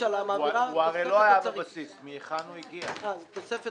היה לו בסיס מ היכן זה